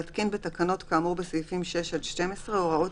להתקין בתקנות כאמור בסעיפים 6 עד 12 הוראות